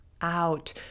out